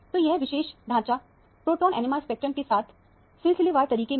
तो यह विशेष ढांचा प्रोटोन NMR स्पेक्ट्रम के साथ सिलसिलेवार तरीके में